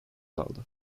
kaldı